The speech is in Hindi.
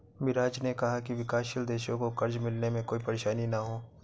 मिराज ने कहा कि विकासशील देशों को कर्ज मिलने में कोई परेशानी न हो